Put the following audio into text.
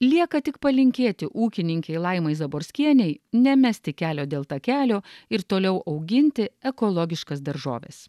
lieka tik palinkėti ūkininkei laimai zaborskienei nemesti kelio dėl takelio ir toliau auginti ekologiškas daržoves